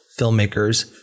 filmmakers